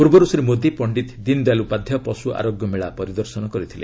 ପୂର୍ବରୁ ଶ୍ରୀ ମୋଦି ପଣ୍ଡିତ୍ ଦୀନ ଦୟାଲ୍ ଉପାଧ୍ୟାୟ ପଶୁ ଆରୋଗ୍ୟ ମେଳା ପରିଦର୍ଶନ କରିଥିଲେ